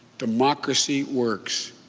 democracy works.